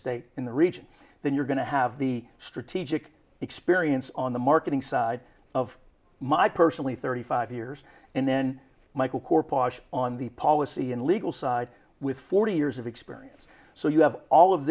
state in the region then you're going to have the strategic experience on the marketing side of my personally thirty five years and then michael core posh on the policy and legal side with forty years of experience so you have all of